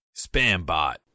SpamBot